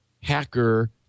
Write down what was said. hacker